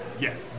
yes